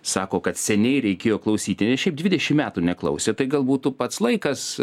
sako kad seniai reikėjo klausyti nes šiaip dvidešim metų neklausė tai gal būtų pats laikas